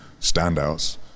standouts